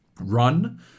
run